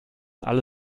all